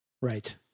Right